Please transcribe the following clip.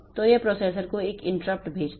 तो यह प्रोसेसर को एक इंटरप्ट भेजता है